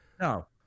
No